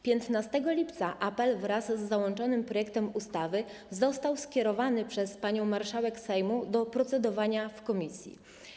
15 lipca apel wraz z załączonym projektem ustawy został skierowany przez panią marszałek Sejmu do procedowania w komisji.